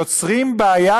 יוצרים בעיה.